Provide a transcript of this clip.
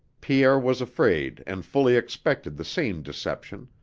pierre was afraid and fully expected the same deception